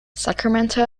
sacramento